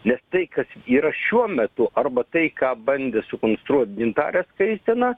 nes tai kas yra šiuo metu arba tai ką bandė sukonstruot gintarė skaistė na